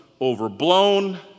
overblown